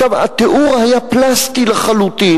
עכשיו, התיאור היה פלסטי לחלוטין.